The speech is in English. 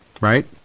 Right